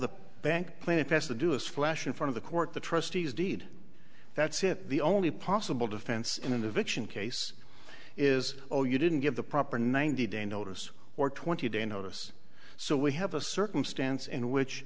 the bank plaintiff has to do is flash in front of the court the trustees deed that's it the only possible defense in an eviction case is oh you didn't give the proper ninety day notice or twenty day notice so we have a circumstance in which